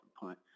punt